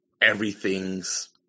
everything's